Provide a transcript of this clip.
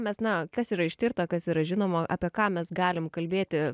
mes na kas yra ištirta kas yra žinoma apie ką mes galim kalbėti